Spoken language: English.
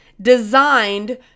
designed